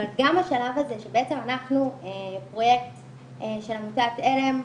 אבל גם השלב הזה שאנחנו בפרויקט של עמותת על"ם,